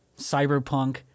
cyberpunk